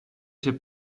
się